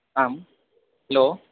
आं हलो